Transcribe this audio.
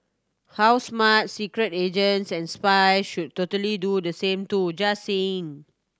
how smart secret agents and spies should totally do the same too just saying